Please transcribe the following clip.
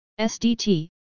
SDT